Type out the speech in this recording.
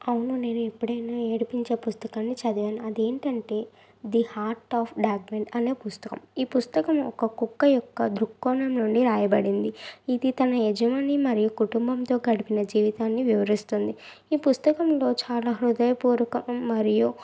అవును నేను ఎప్పుడైనా ఏడిపించే పుస్తకాన్ని చదివాను అదేంటంటే the heart of dog men అనే పుస్తకం ఈ పుస్తకం ఒక కుక్క యొక్క దృక్కోణం నుండి రాయబడింది ఇది తన యజమాని మరి కుటుంబంతో గడిపిన జీవితాన్ని వివరిస్తుంది ఈ పుస్తకంలో చాలా హృదయపూర్వక మరియు